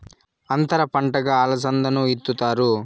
అంతర పంటగా అలసందను ఇత్తుతారు